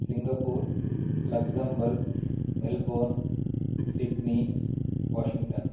Singapore Luxembourg Melbourne Sydney Washington